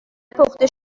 پخته